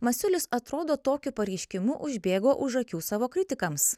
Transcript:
masiulis atrodo tokiu pareiškimu užbėgo už akių savo kritikams